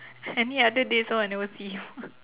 any other days all I never see